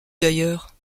d’ailleurs